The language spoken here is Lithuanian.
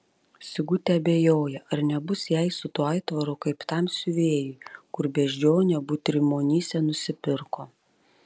sigutė abejoja ar nebus jai su tuo aitvaru kaip tam siuvėjui kur beždžionę butrimonyse nusipirko